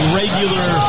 regular